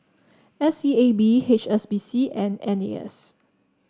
S E A B H S B C and N A S